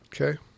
Okay